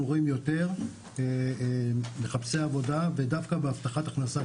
רואים יותר מחפשי עבודה ודווקא בהבטחת הכנסה,